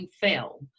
fell